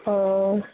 हँ